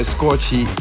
Scorchy